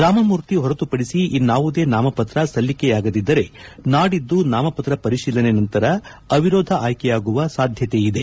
ರಾಮಮೂರ್ತಿ ಹೊರತುಪಡಿಸಿ ಇನ್ನಾವುದೇ ನಾಮಪತ್ರ ಸಲ್ಲಿಕೆಯಾಗದಿದ್ದರೆ ನಾಡಿದ್ದು ನಾಮಪತ್ರ ಪರಿಶೀಲನೆ ನಂತರ ಅವಿರೋಧ ಆಯ್ಲೆಯಾಗುವ ಸಾಧ್ಯತೆ ಇದೆ